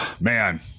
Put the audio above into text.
Man